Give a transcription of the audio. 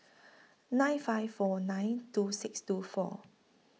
nine five four nine two six two four